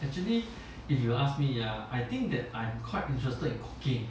actually if you ask me ah I think that I'm quite interesting